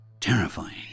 terrifying